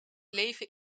leven